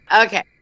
Okay